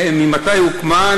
מתי הוקמה,